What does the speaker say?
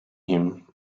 him